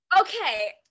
Okay